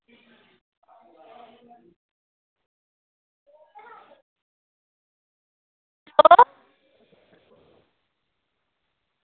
अ